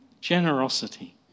generosity